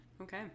Okay